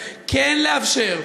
כן לאפשר,